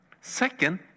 Second